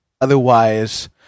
otherwise